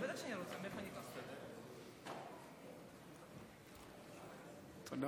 תודה